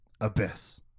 Abyss